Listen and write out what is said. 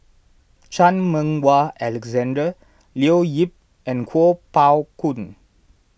Chan Meng Wah Alexander Leo Yip and Kuo Pao Kun